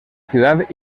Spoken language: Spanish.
ciudad